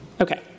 Okay